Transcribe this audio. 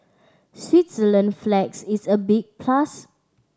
Switzerland flags is a big plus